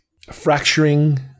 fracturing